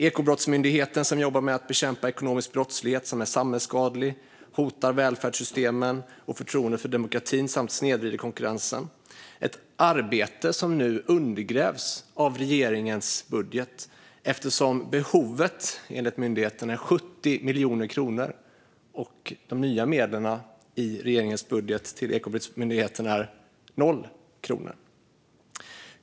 Ekobrottsmyndigheten jobbar med att bekämpa ekonomisk brottslighet, som är samhällsskadlig, hotar välfärdssystemen och förtroendet för demokratin samt snedvrider konkurrensen. Det är ett arbete som nu undergrävs av regeringens budget, eftersom behovet enligt myndigheten är 70 miljoner kronor och de nya medlen till Ekobrottsmyndigheten i regeringens budget är noll kronor.